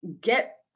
get